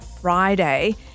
Friday